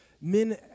men